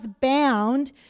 bound